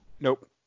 Nope